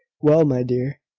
well, my dear,